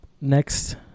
next